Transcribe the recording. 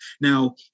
Now